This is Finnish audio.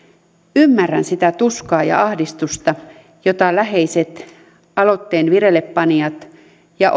ymmärrän sitä tuskaa ja ahdistusta jota läheiset aloitteen vireille panijat ja